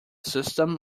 system